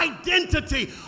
identity